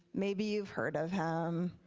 maybe you've heard of him,